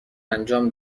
انجام